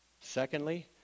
Secondly